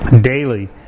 daily